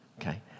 Okay